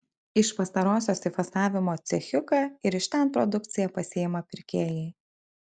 iš pastarosios į fasavimo cechiuką ir iš ten produkciją pasiima pirkėjai